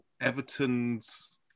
Everton's